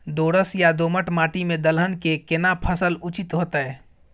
दोरस या दोमट माटी में दलहन के केना फसल उचित होतै?